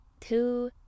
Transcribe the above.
Two